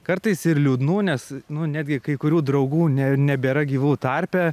kartais ir liūdnų nes nu netgi kai kurių draugų nebėra gyvų tarpe